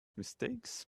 mistakes